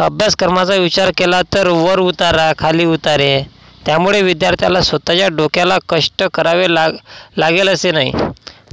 अभ्यासक्रमाचा विचार केला तर वर उतारा खाली उतारे त्यामुळे विद्यार्थ्यांला स्वतःच्या डोक्याला कष्ट करावे लाग लागेल असे नाही